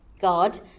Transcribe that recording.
God